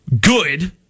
good